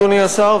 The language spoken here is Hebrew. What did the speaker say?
אדוני השר,